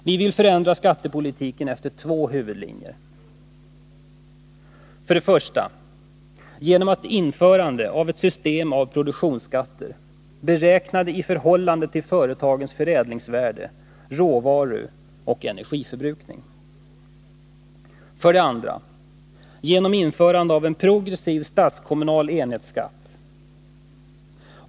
Vi vill förändra skattepolitiken efter två huvudlinjer: för det första genom införande av ett system av produktionsskatter, beräknade i förhållande till företagens förädlingsvärde, råvaruoch energiförbrukning, för det andra genom införande av en progressiv statskommunal enhetsskatt.